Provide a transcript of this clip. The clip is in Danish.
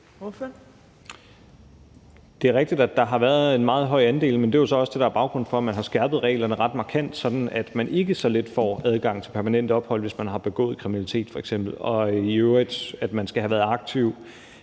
Det er rigtigt, at der har været en meget høj andel, men det er jo så også det, der er baggrunden for, at man har skærpet reglerne ret markant, sådan at man ikke så let får adgang til permanent ophold, hvis man f.eks. har begået kriminalitet, og at man i øvrigt skal have været aktiv,